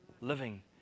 living